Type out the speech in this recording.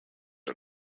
are